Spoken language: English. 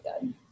good